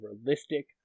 realistic